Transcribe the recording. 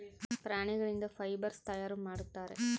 ಪ್ರಾಣಿಗಳಿಂದ ಫೈಬರ್ಸ್ ತಯಾರು ಮಾಡುತ್ತಾರೆ